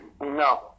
No